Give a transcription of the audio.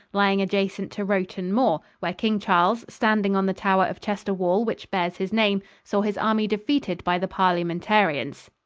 lying adjacent to rowton moor, where king charles, standing on the tower of chester wall which bears his name, saw his army defeated by the parliamentarians.